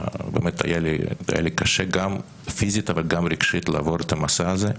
באמת היה לי קשה גם פיזית אבל גם רגשית לעבור את המסע הזה.